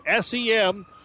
SEM